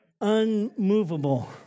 unmovable